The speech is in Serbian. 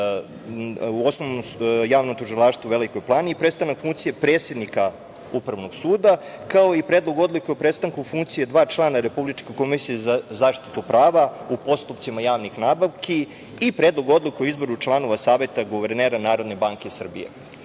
tužioca u Javnom tužilaštvu u Velikoj Plani i prestanak funkcije predsednika Upravnog suda, kao i Predlog odluke o prestanku funkcije dva člana Republičke komisije za zaštitu prava u postupcima javnih nabavki i Predlogu odluke o izboru člana Saveta guvernera NBS.Ja ću